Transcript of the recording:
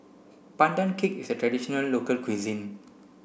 Pandan Cake is a traditional local cuisine